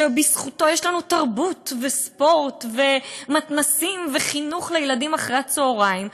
שבזכותו יש לנו תרבות וספורט ומתנ"סים וחינוך לילדים אחר-הצהריים.